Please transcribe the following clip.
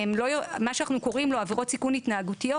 מה שאנחנו קוראים לו "עבירות סיכון התנהגותיות",